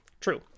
True